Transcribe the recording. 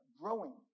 growing